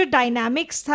dynamics